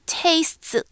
tastes